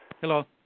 Hello